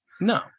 No